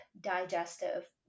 digestive